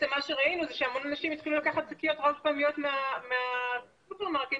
מה שראינו שהמון אנשים התחילו לקחת שקיות רב פעמיות מהסופרמרקטים,